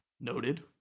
Noted